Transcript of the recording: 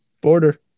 border